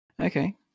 Okay